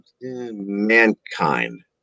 Mankind